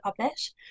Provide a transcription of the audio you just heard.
publish